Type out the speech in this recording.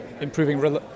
improving